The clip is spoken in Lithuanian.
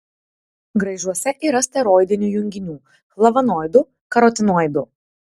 graižuose yra steroidinių junginių flavonoidų karotinoidų